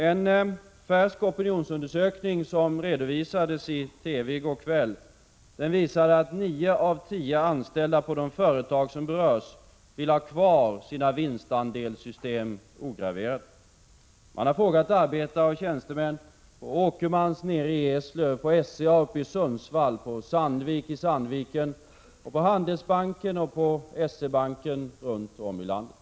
En färsk opinionsundersökning som redovisades i TV i går kväll visade att nio av tio anställda på de företag som berörs vill ha kvar sina vinstandelssys — Prot. 1986/87:135 tem ograverade. 3 juni 1987 Man har frågat arbetare och tjänstemän på Åkermans nere i Eslöv, på —— —t-]W|"[|!|| SCA uppe i Sundsvall, på Sandvik borta i Sandviken och på Handelsbanken Socialavgifter på vinstoch SE-Banken runt om i landet.